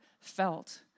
felt